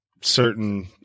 certain